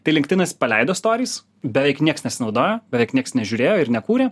tai linktinas paleido storis beveik nieks nesinaudojo beveik niekas nežiūrėjo ir nekūrė